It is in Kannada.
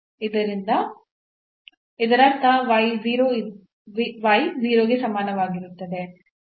ಇದರರ್ಥ y 0 ಗೆ ಸಮಾನವಾಗಿರುತ್ತದೆ